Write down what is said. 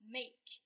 make